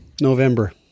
November